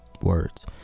words